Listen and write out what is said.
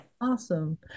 Awesome